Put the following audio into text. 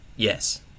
Yes